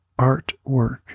artwork